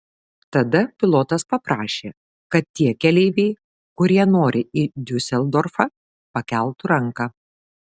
tada pilotas paprašė kad tie keleiviai kurie nori į diuseldorfą pakeltų ranką